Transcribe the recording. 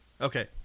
okay